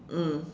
mm